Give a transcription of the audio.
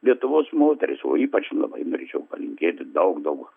lietuvos moteris o ypač labai norėčiau palinkėti daug daug